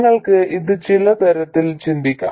നിങ്ങൾക്ക് ഇത് പല തരത്തിൽ ചിന്തിക്കാം